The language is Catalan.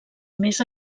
més